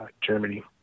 Germany